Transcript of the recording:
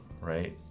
right